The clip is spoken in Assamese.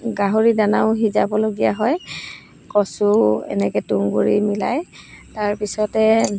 গাহৰি দানাও সিজাবলগীয়া হয় কচু এনেকৈ তুঁহ গুৰি মিলাই তাৰ পিছতে